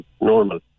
normal